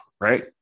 right